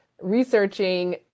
researching